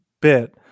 bit